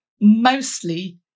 mostly